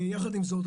יחד עם זאת,